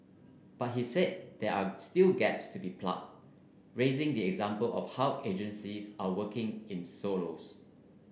but he said there are still gaps to be plugged raising the example of how agencies are working in silos